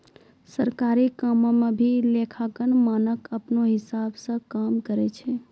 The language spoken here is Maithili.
सरकारी कामो म भी लेखांकन मानक अपनौ हिसाब स काम करय छै